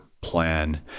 plan